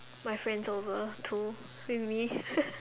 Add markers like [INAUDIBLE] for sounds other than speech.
my friend's over too with me [LAUGHS]